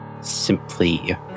simply